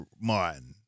Martin